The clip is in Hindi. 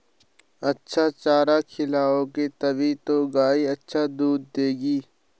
अच्छा चारा खिलाओगे तभी तो गाय अच्छा दूध देगी